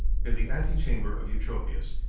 in the antechamber of eutropius,